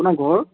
আপোনাৰ ঘৰ